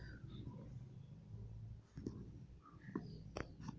उत्तोलन ऋण को कुछ बाजार सहभागियों ने प्रसार पर आधारित किया